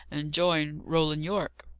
and join roland yorke.